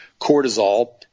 cortisol